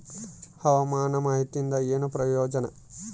ಹವಾಮಾನ ಮಾಹಿತಿಯಿಂದ ಏನು ಪ್ರಯೋಜನ?